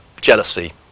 jealousy